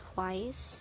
Twice